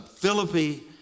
Philippi